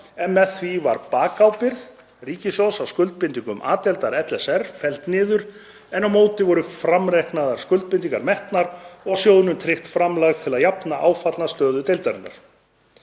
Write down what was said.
en með því var bakábyrgð ríkissjóðs á skuldbindingum A-deildar LSR felld niður, en á móti voru framreiknaðar skuldbindingar metnar og sjóðnum tryggt framlag til að jafna áfallna stöðu deildarinnar.